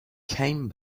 came